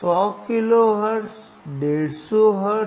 100 hertz 150 hertz